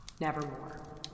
nevermore